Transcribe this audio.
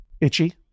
itchy